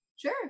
Sure